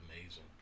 amazing